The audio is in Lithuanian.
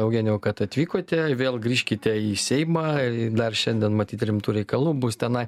eugenijau kad atvykote vėl grįžkite į seimą ir dar šiandien matyt rimtų reikalų bus tenai